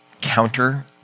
counter